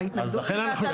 ההתנגדות היא מהצד השני.